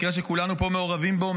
מקרה שכולנו פה מעורבים בו.